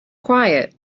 quiet